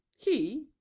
he?